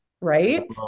Right